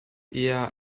eher